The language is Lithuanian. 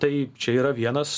taip čia yra vienas